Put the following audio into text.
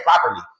properly